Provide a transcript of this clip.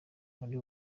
muri